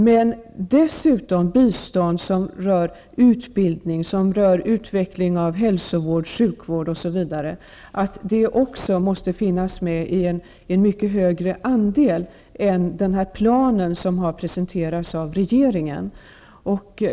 Men även bistånd till utbildning, utveckling av hälsovård, sjuk vård, osv. måste finnas med i mycket större utsträckning än som framgår av den plan som har presenterats av regeringen.